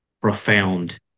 profound